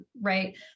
right